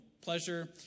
pleasure